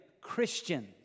Christians